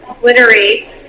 glittery